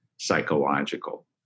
psychological